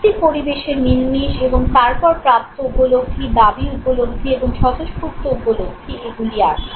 ব্যক্তির পরিবেশের মিলমিশ এবং তারপর প্রাপ্ত উপলব্ধি দাবি উপলব্ধি এবং স্বতঃস্ফূর্ত উপলব্ধি এগুলি আছে